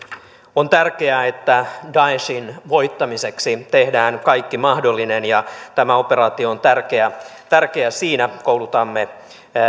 on tärkeää että daeshin voittamiseksi tehdään kaikki mahdollinen ja tämä operaatio on tärkeä tärkeä siinä koulutamme